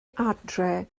adre